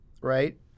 right